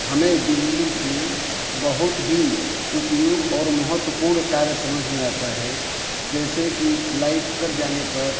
हमें बिजली से बहुत ही उपयोग और महत्वपूर्ण कार्य समझ में आता है जैसे कि लाइट कट जाने पर